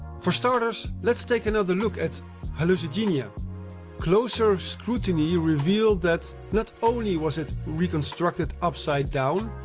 for starters, let's take another look at hallucigenia closer scrutiny revealed that, not only was it reconstructed upside down,